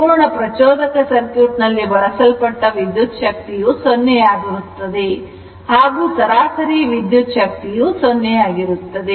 ಪರಿಪೂರ್ಣ ಪ್ರಚೋದಕ ಸರ್ಕ್ಯೂಟ್ ನಲ್ಲಿ ಬಳಸಲ್ಪಟ್ಟ ವಿದ್ಯುತ್ ಶಕ್ತಿಯು 0 ಆಗಿರುತ್ತದೆ ಹಾಗೂ ಸರಾಸರಿ ವಿದ್ಯುತ್ ಶಕ್ತಿಯು 0 ಆಗಿರುತ್ತದೆ